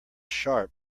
sharp